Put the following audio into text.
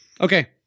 Okay